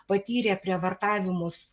patyrė prievartavimus